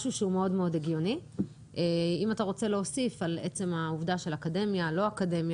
נקיים יום גדול בתוך הכנסת כאן.